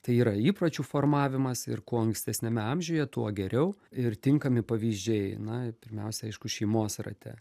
tai yra įpročių formavimas ir kuo ankstesniame amžiuje tuo geriau ir tinkami pavyzdžiai na pirmiausia aišku šeimos rate